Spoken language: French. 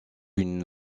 une